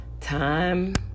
Time